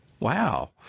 Wow